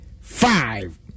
Five